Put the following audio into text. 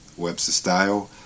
WebsterStyle